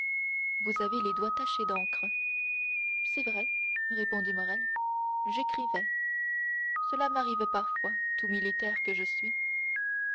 vous avez les doigts tachés d'encre c'est vrai répondit morrel j'écrivais cela m'arrive quelquefois tout militaire que je suis